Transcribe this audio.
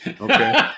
Okay